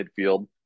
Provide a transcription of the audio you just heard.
midfield